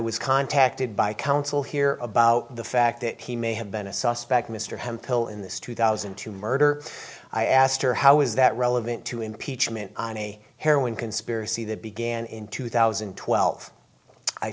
was contacted by counsel here about the fact that he may have been a suspect mr hemphill in this two thousand and two murder i asked her how is that relevant to impeachment on a heroin conspiracy that began in two thousand and twelve i